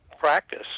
practice